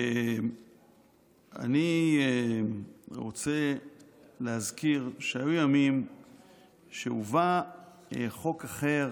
אני רוצה להזכיר שהיו ימים שהובא חוק אחר,